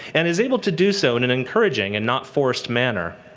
and is able to do so in an encouraging, and not forced, manner.